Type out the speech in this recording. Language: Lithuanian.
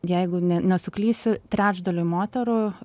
jeigu ne nesuklysiu trečdaliui moterų